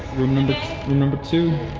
room number room number two.